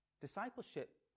discipleship